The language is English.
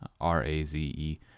R-A-Z-E